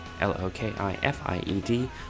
L-O-K-I-F-I-E-D